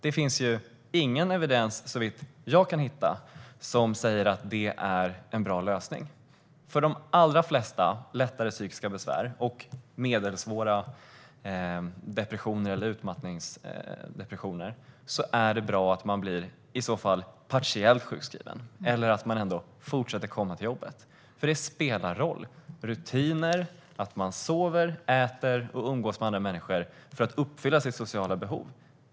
Det finns ingen evidens såvitt jag har sett som säger att det här är en bra lösning. För de allra flesta lättare psykiska besvär och medelsvåra depressioner eller utmattningsdepressioner är det bra om man blir partiellt sjukskriven och fortsätter att komma till jobbet. Det spelar roll om man har rutiner och sover, äter och umgås med andra människor för att uppfylla sitt sociala behov.